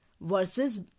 versus